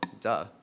duh